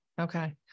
Okay